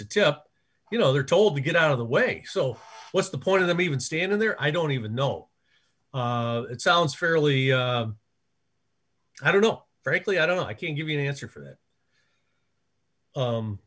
to tip you know they're told to get out of the way so what's the point of them even standing there i don't even know it sounds fairly i don't know frankly i don't know i can't give you an answer for that